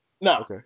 No